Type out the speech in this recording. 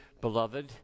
beloved